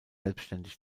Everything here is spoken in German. selbstständig